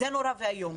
זה נורא ואיום.